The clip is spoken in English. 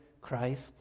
Christ